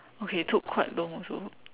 okay took quite long also